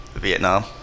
Vietnam